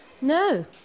No